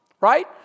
Right